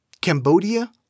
Cambodia